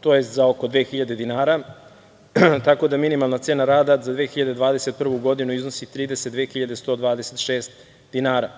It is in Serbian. tj. za oko 2000 dinara, tako da minimalna cena rada za 2021. godinu iznosi 32.126 dinara.